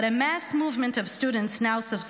But a mass movement of students now subscribe